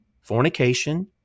fornication